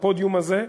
הפודיום הזה,